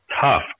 tough